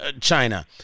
china